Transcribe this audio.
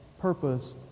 purpose